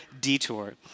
detour